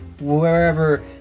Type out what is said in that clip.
wherever